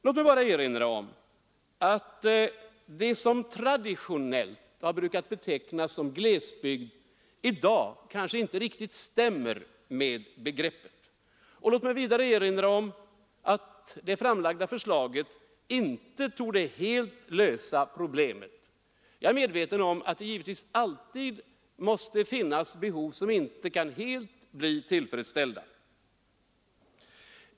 Låt mig bara erinra om att det som traditionellt har brukat betecknas som glesbygd i dag kanske inte riktigt stämmer med begreppet. Låt mig vidare erinra om att det framlagda förslaget inte torde helt lösa problemet. Jag är medveten om att det alltid måste finnas behov som inte kan helt bli tillfredsställda.